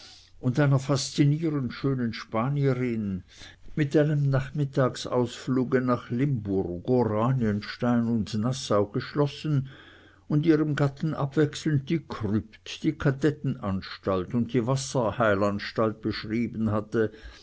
und einer faszinierend schönen spanierin mit einem nachmittagsausfluge nach limburg oranienstein und nassau geschlossen und ihrem gatten abwechselnd die krypt die kadettenanstalt und die wasserheilanstalt beschrieben hatte